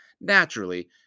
Naturally